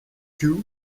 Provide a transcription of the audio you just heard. kew